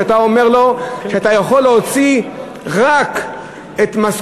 כשאתה אומר לו: אתה יכול להוציא רק משכורת